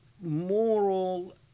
moral